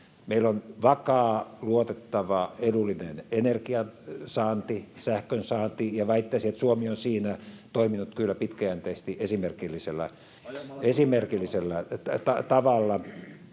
Meillä on vakaa, luotettava ja edullinen energiansaanti, sähkönsaanti, ja väittäisin, että Suomi on siinä toiminut kyllä pitkäjänteisesti esimerkillisellä tavalla